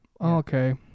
okay